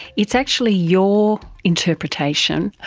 it's actually your interpretation,